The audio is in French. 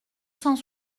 cent